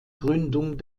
gründung